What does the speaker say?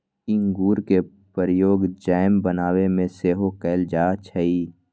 इंगूर के प्रयोग जैम बनाबे में सेहो कएल जाइ छइ